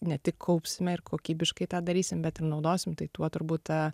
ne tik kaupsime ir kokybiškai tą darysim bet ir naudosim tai tuo turbūt ta